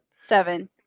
Seven